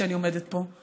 כשאני עומדת פה,